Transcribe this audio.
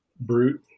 brute